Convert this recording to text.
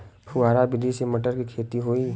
फुहरा विधि से मटर के खेती होई